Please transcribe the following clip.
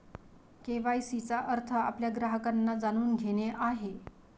KYC चा अर्थ आपल्या ग्राहकांना जाणून घेणे आहे